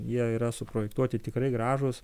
jie yra suprojektuoti tikrai gražūs